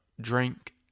drink